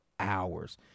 hours